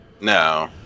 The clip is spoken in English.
No